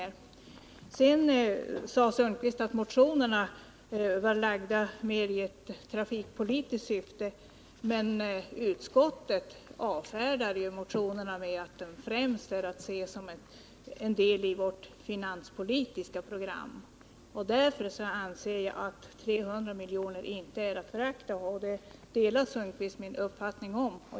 Tage Sundkvist sade att motionerna snarast var lagda i ett trafikpolitiskt syfte, men utskottet avfärdar dem ju med att de främst är att se som en del i vårt finanspolitiska program. Därför anser jag att 300 milj.kr. inte är att förakta, och på den punkten delar Tage Sundkvist min uppfattning.